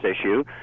issue